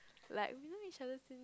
like we know each other since